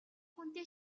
хүнтэй